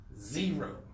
zero